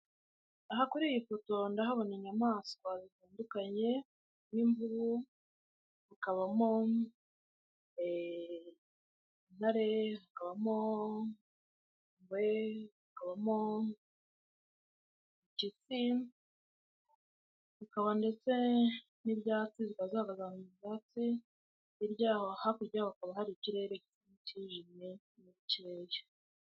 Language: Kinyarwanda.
Aha kuri iyi foto ndahabona inyamaswa zitandukanye nk'imvubu hakabamo intare hakabamo ingewe hakabamo impyisi hakaba ndetse n'ibyatsi zikaba zaba mu ibyatsi hiryaho hakurya y'aho hakaba hari ikirere kijimye bukeya.